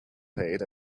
paid